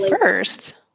first